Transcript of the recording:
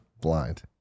blind